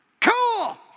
Cool